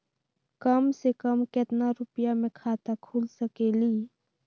कम से कम केतना रुपया में खाता खुल सकेली?